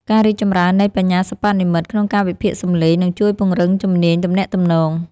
ការរីកចម្រើននៃ បញ្ញាសិប្បនិម្មិត ក្នុងការវិភាគសំឡេង នឹងជួយពង្រឹងជំនាញទំនាក់ទំនង។